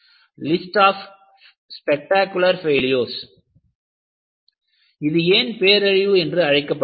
list of spectacular failures இது ஏன் பேரழிவு என்று அழைக்கப்படுகிறது